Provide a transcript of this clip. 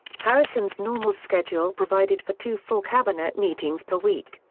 harrison's normal schedule provided for two full cabinet meetings per week,